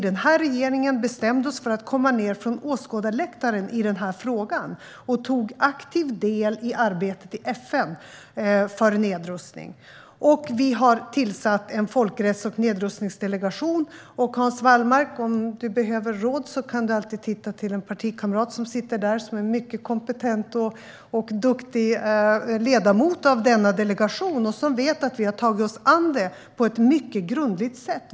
Denna regering bestämde sig för att komma ned från åskådarläktaren i den här frågan och har tagit aktiv del i FN:s arbete för nedrustning. Vi har tillsatt en folkrätts och nedrustningsdelegation. Och om Hans Wallmark behöver råd kan han alltid vända sig till den partikamrat som sitter här i kammaren och som är en mycket kompetent och duktig ledamot av denna delegation och vet att vi har tagit oss an detta på ett mycket grundligt sätt.